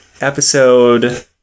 episode